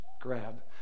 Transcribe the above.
grab